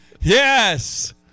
Yes